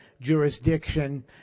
jurisdiction